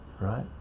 right